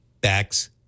backs